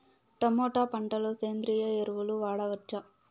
Tomato పంట లో సేంద్రియ ఎరువులు వాడవచ్చా?